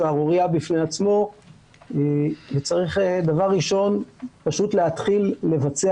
שערורייה בפני עצמו וצריך דבר ראשון פשוט להתחיל לבצע